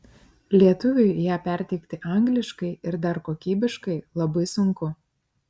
lietuviui ją perteikti angliškai ir dar kokybiškai labai sunku